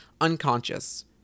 unconscious